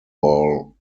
ball